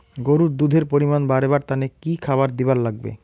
গরুর দুধ এর পরিমাণ বারেবার তানে কি খাবার দিবার লাগবে?